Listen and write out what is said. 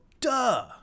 duh